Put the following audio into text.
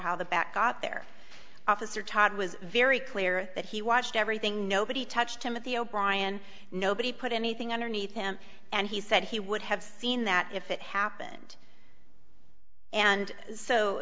how the back got there officer todd was very clear that he watched everything nobody touched him at the o'brien nobody put anything underneath him and he said he would have seen that if it happened and